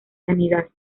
sanidad